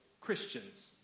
Christians